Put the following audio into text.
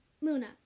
Luna